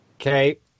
Okay